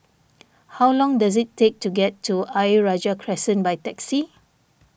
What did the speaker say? how long does it take to get to Ayer Rajah Crescent by taxi